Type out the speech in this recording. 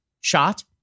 shot